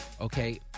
Okay